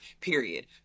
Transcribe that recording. Period